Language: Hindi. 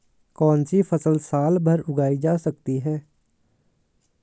कौनसी फसल साल भर उगाई जा सकती है?